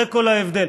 זה כל ההבדל.